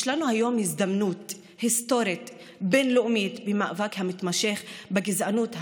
יש לנו היום הזדמנות היסטורית בין-לאומית במאבק המתמשך בגזענות הממוסדת,